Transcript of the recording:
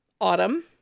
autumn